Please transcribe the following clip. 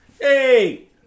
hey